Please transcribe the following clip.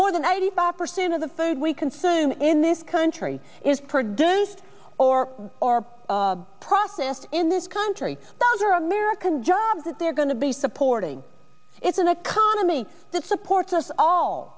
more than ninety five percent of the food we consume in this country is produced or are processed in this country those are american jobs that they're going to be supporting it's an economy that supports us all